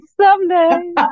Someday